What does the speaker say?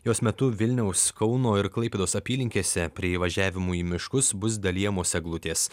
jos metu vilniaus kauno ir klaipėdos apylinkėse prie įvažiavimų į miškus bus dalijamos eglutės